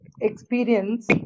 experience